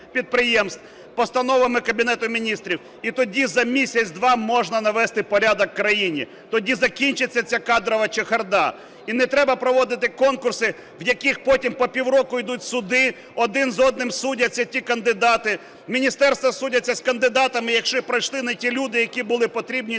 підприємств постановами Кабінету Міністрів, і тоді за місяць-два можна навести порядок в країні, тоді закінчиться ця кадрова чехарда. І не треба проводити конкурси, в яких потім по півроку йдуть суди, один з одним судяться ті кандидати, міністерства судяться з кандидатами, якщо пройшли не ті люди, які були потрібні,